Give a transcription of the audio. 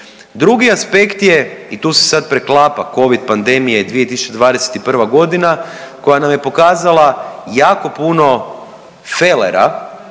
Drugi aspekt je i tu se sad preklapa covid pandemija i 2021. godina koja nam je pokazala jako puno felera